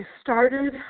started